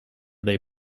they